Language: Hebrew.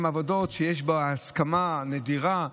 הם בעבודות שיש בהן הסכמה נדירה.